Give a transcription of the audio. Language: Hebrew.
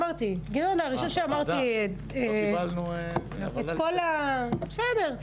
לא קיבלנו --- בסדר,